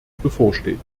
bevorsteht